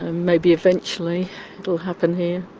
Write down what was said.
maybe eventually it will happen here.